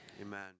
Amen